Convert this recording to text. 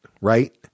right